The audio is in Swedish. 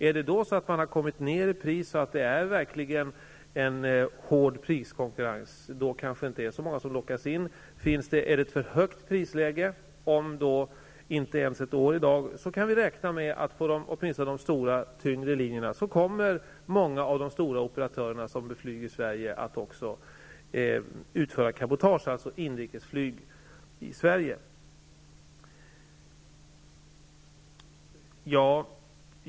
Har man då gått ner i pris och det råder en hård priskonkurrens kanske inte så många lockas in. Är det ett för högt prisläge om ett år från i dag, kan vi räkna med att på de stora, tyngre linjerna kommer många av de stora operatörerna som flyger på Sverige att utföra cabotage, dvs. inrikesflyg i Sverige.